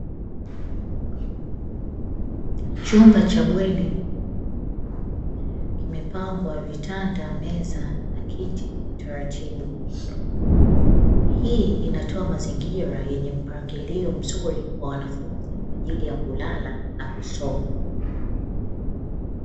Chumba cha bweni kimepangwa vitanda, meza na kiti kwa utaratibu, hii inatoa mazingira yenye mpangilio mzuri wa wanafunzi kwa ajili ya kulala na kusoma.